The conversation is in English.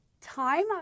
time